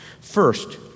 First